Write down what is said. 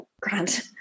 grant